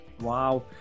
wow